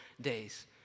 days